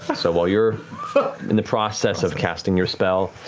so while you're in the process of casting your spell,